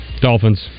Dolphins